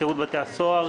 שירות בתי הסוהר,